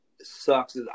sucks